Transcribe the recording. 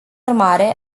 urmare